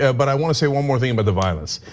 ah but i wanna say one more thing about the violence.